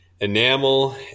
enamel